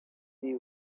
dodgy